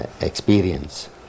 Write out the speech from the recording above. experience